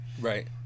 right